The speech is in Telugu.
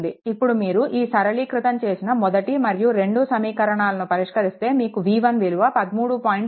ఇప్పుడు మీరు ఈ సరళీకృతం చేసిన మొదటి మరియు రెండవ సమీకరణాలను పరిష్కరిస్తే మీకు V1 విలువ 13